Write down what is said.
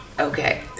okay